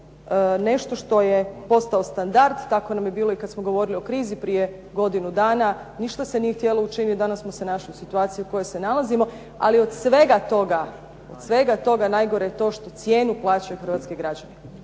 nešto što je postao standard. Tako nam je bilo i kad smo govorili o krizi prije godinu dana. Ništa se nije htjelo učiniti, danas smo se našli u situaciji u kojoj se nalazimo, ali od svega toga, od svega toga najgore je to što cijenu plaćaju hrvatski građani.